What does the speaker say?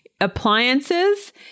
appliances